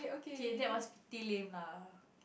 okay that was pretty lame lah